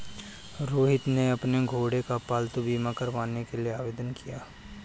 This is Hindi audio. रोहित ने अपने घोड़े का पालतू बीमा करवाने के लिए आवेदन किया